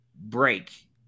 break